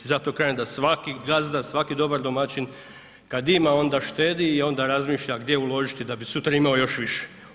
I zato kažem da svaki gazda, svaki dobar domaćin kada ima onda štedi i onda razmišlja gdje uložiti da bi sutra imao još više.